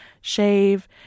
shave